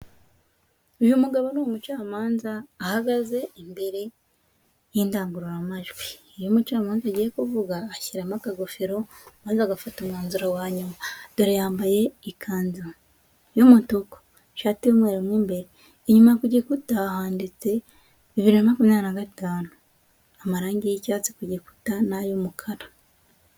Uyu mugabo ni umucamanza ahagaze imbere y'indangururamajwi. Iyo umucamanza agiye kuvuga ashyiramo akagofero maze agafata umwanzuro wa nyuma, dore yambaye ikanzu y'umutuku ishati y'umweru mo imbere, inyuma kugikuta handitse bibiri na makumyabiri na gatanu. Amarangi y'icyatsi ku gikuta n'ay'umukara.